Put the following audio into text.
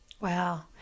Wow